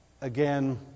again